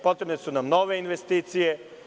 Potrebne su nam nove investicije.